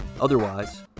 Otherwise